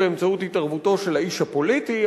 באמצעות התערבותו של האיש הפוליטי,